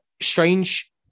strange